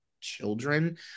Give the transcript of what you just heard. children